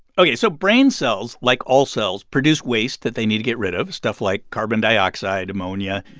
ok. so brain cells, like all cells, produce waste that they need to get rid of stuff like carbon dioxide, ammonia.